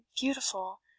beautiful